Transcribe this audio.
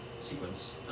sequence